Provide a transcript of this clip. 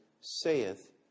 saith